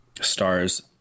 stars